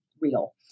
real